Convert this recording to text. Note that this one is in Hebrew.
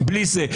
בלי זה.